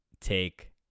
take